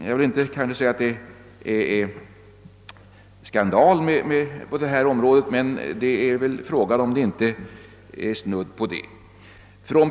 Jag vill inte påstå att det är en skandal, men det är fråga om huruvida det inte är snudd på skandal.